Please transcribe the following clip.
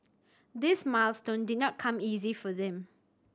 this milestone did not come easy for them